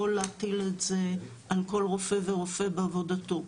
להטיל את זה על כל רופא ורופא בעבודתו.